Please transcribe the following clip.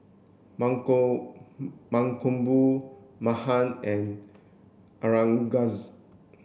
Mankombu Mahan and Aurangzeb